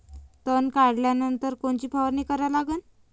तन काढल्यानंतर कोनची फवारणी करा लागन?